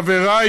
חברי,